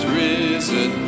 risen